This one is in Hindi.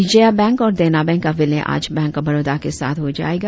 विजया बैंक और देना बैंक का विलय आज बैंक ऑफ बड़ौदा के साथ हो जाएगा